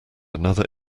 another